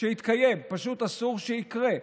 פשוט אסור שיקרה.